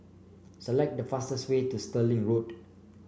select the fastest way to Stirling Road